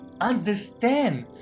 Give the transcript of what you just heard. understand